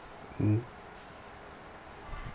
mmhmm